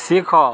ଶିଖ